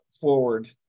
forward